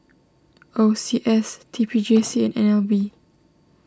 O C S T P J C and N L B